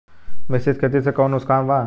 मिश्रित खेती से कौनो नुकसान वा?